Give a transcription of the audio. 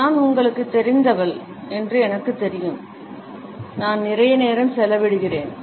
நான் உங்களுக்குத் தெரிந்தவள் என்று எனக்குத் தெரியும் நான் நிறைய நேரம் செலவிடுகிறேன்